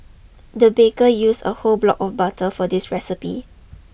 the baker use a whole block of butter for this recipe